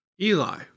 Eli